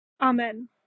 Amen